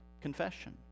confession